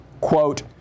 quote